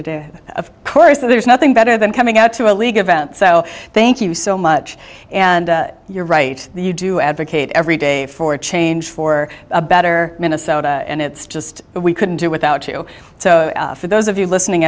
today of course there's nothing better than coming out to a league event so thank you so much and you're right you do advocate every day for a change for a better minnesota and it's just we couldn't do without you so for those of you listening